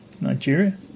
Nigeria